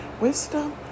wisdom